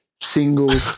single